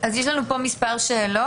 יש לנו כאן מספר שאלות.